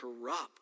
corrupt